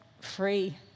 free